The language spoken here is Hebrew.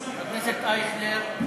חבר הכנסת אייכלר,